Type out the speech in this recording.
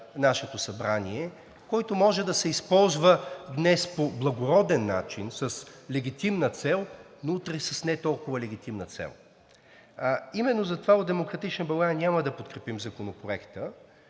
нашето Събрание, който може да се използва днес по благороден начин, с легитимна, но утре с не толкова легитимна цел. Именно затова от „Демократична България“ няма да подкрепим Законопроекта,